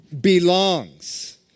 belongs